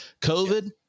COVID